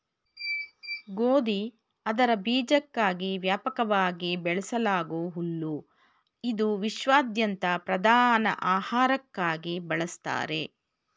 ಗೋಧಿ ಅದರ ಬೀಜಕ್ಕಾಗಿ ವ್ಯಾಪಕವಾಗಿ ಬೆಳೆಸಲಾಗೂ ಹುಲ್ಲು ಇದು ವಿಶ್ವಾದ್ಯಂತ ಪ್ರಧಾನ ಆಹಾರಕ್ಕಾಗಿ ಬಳಸ್ತಾರೆ